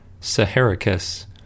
saharicus